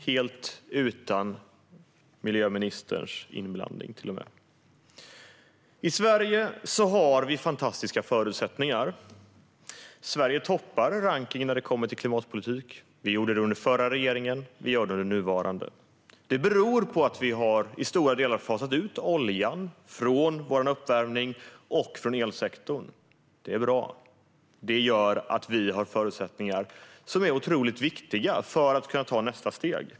Det var till och med helt utan miljöministerns inblandning. I Sverige har vi fantastiska förutsättningar. Sverige toppar rankningen när det gäller klimatpolitik. Vi gjorde det under den förra regeringen, och vi gör det under den nuvarande. Det beror på att vi i stora delar har fasat ut oljan från uppvärmningen och elsektorn. Det är bra, och det gör att vi har otroligt viktiga förutsättningar för att kunna ta nästa steg.